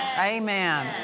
Amen